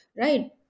Right